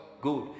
good